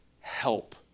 Help